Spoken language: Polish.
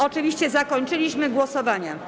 Oczywiście zakończyliśmy głosowania.